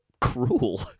cruel